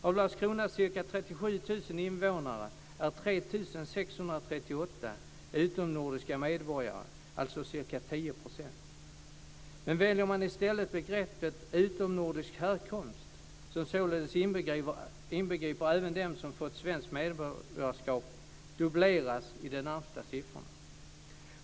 Av Landskronas ca 37 000 invånare är 3 638 utomnordiska medborgare, alltså ca Väljer man i stället begreppet utomnordisk härkomst, som således inbegriper även dem som fått svenskt medborgarskap, dubbleras i det närmsta siffrorna.